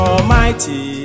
Almighty